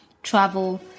travel